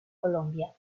colombia